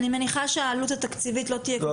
אני מניחה שהעלות התקציבית לא תהיה כל